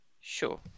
Sure